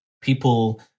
People